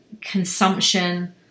consumption